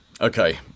Okay